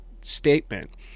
statement